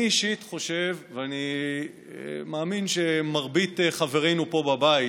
אני אישית חושב ומאמין שמרבית חברינו פה בבית,